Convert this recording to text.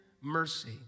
mercy